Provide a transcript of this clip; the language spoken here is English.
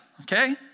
okay